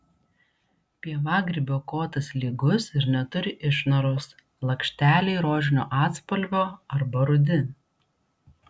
pievagrybio kotas lygus ir neturi išnaros lakšteliai rožinio atspalvio arba rudi